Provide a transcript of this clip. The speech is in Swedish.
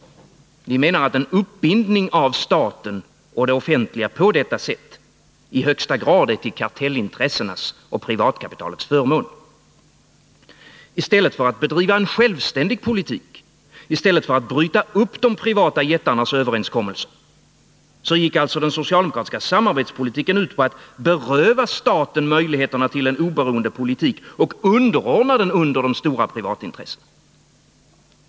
Vi menar att en uppbind 16 december 1980 ning av staten och det offentliga på detta sätt i högsta grad är till kartellintressenas och privatkapitalets förmån. I stället för att bryta upp de privata jättarnas överenskommelser, så gick alltså den socialdemokratiska samarbetspolitiken ut på att beröva staten möjligheterna till en oberoende politik och underordna den under de privata intressena.